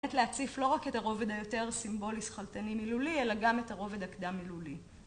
להציף לא רק את הרובד היותר סימבולי שכלתני מילולי, אלא גם את הרובד הקדם מילולי.